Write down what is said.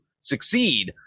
succeed